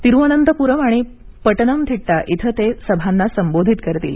तिरुवनंतपुरम आणि पटनमथिट्टा इथं ते सभांना संबोधित करतील